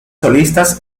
solistas